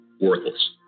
worthless